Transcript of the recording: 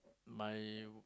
my